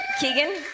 Keegan